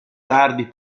tardi